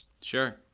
Sure